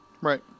Right